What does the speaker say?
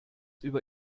über